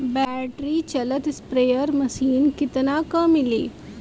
Battery चलत sprayer machine कितना क मिली?